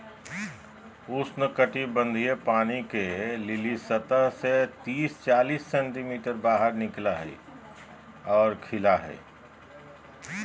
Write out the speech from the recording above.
उष्णकटिबंधीय पानी के लिली सतह से तिस चालीस सेंटीमीटर बाहर निकला हइ और खिला हइ